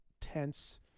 tense